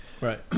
Right